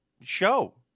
show